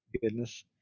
Goodness